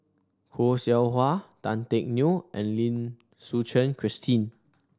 Khoo Seow Hwa Tan Teck Neo and Lim Suchen Christine